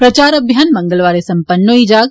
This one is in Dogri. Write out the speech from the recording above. प्रचार अभियान मंगलवारें सम्पन्न्न होई जाग